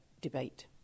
debate